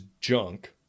junk